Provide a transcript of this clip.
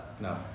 No